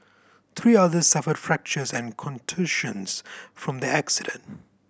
three others suffered fractures and contusions from the accident